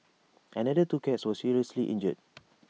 another two cats were seriously injured